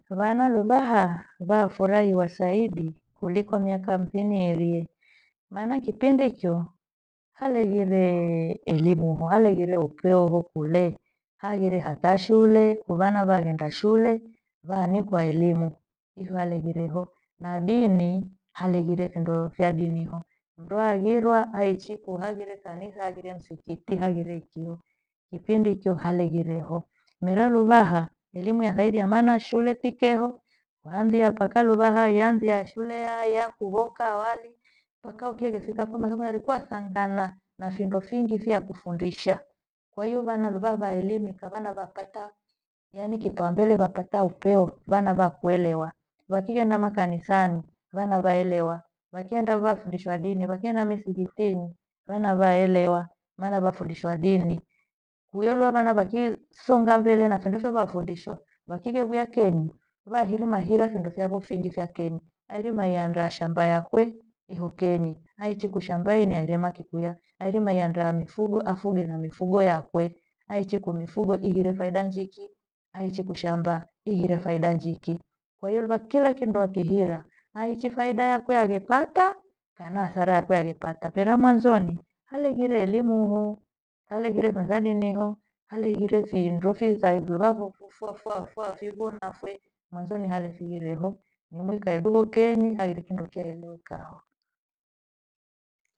Vana lubaha vafurahia saidi ikela miaka hamsiniihirie. Maana kipindicho haleghiree elimu, halegire upeo hukule, haghire ata shule. Hoku vana vaghenda shule vaanikwa elimu icho aleghireho na dini aleghireho findo fa dini. Mndu aghirwa aichi ku haghiree kanisa, hagire msikiti haghire ikiho. Kipindicho aleghireho mera luvaha elimu yasaidia mana shule tikeho. Waanzia mpaka luvaha ianzia shule iha iya kuvoka awali mpaka ukihengifika kua thangala na findo vyakufundisha. Kwahiyo vana vaelimika vana vapata, yaani kipao mbele vapata upeo vana vakuelewa. Vakighenda makanisani vana vaelewa, akienda vafundishwa dini. Vakighenda msighitini vanavaelewa maana vafundishwa dini. Kwiyona vana vyakisonga mbele findofo vafundishwa vakighevia kenyi vairima hira findo favo fingi fa kenyi. Ahirima iandaa shamba yakwe weka iho kenyi aichi ku shamba hii nairImo kikwiya na ahirima iandaa mifugo na afuge mifugo yakwe aichi ku mifugho ighire faida njiki na aichi ku shamba ina faida chiki. Kwa hiyo amba kila kindo akihira aichi faida yakwe aghepata kana hasara yakwe aghepata. Mira mwanzoni haleghire elimuhu halegire mathageniho halegire findo saiglomakuku makuku fwafwa fivona hafwe mwanzoni hale figiriho ni mwika ethuko kenyi haighiri kindo chaelukaho.